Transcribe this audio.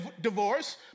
divorce